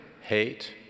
hate